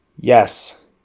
yes